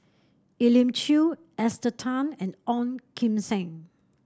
Elim Chew Esther Tan and Ong Kim Seng